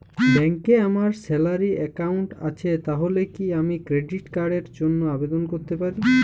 ব্যাংকে আমার salary account আছে তাহলে কি আমি ক্রেডিট কার্ড র জন্য আবেদন করতে পারি?